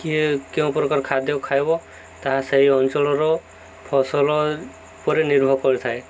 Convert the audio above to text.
କିଏ କେଉଁ ପ୍ରକାର ଖାଦ୍ୟ ଖାଇବା ତାହା ସେହି ଅଞ୍ଚଳର ଫସଲ ଉପରେ ନିର୍ଭର କରିଥାଏ